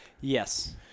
Yes